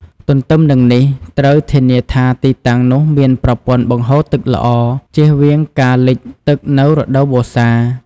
ទន្ទឹមនឹងនេះ ត្រូវធានាថាទីតាំងនោះមានប្រព័ន្ធបង្ហូរទឹកល្អ ជៀសវាងការលិចទឹកនៅរដូវវស្សា។